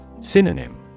Synonym